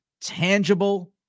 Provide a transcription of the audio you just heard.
tangible